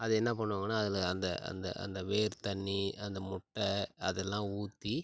அதை என்ன பண்ணுவாங்கன்னா அதில் அந்த அந்த அந்த வேர் தண்ணி அந்த முட்டை அதெலாம் ஊற்றி